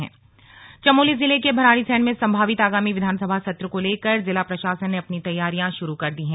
slug सत्र तैयारियां चमोली जिले के भराड़ीसैंण में सम्भावित आगामी विधानसभा सत्र को लेकर जिला प्रशासन ने अपनी तैयारियां शुरू कर दी है